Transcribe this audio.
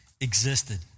existed